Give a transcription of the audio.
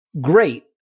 Great